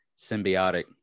symbiotic